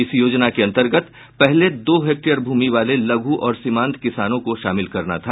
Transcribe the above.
इस योजना के अंतर्गत पहले दो हेक्टेयर भूमि वाले लघु और सीमांत किसानों को शामिल करना था